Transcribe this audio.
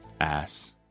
ass